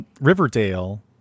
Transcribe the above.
Riverdale